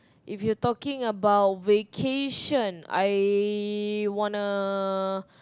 if you taking about vacation I wanna